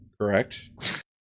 correct